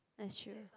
that's true